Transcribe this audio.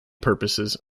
purposes